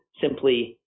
simply